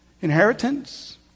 inheritance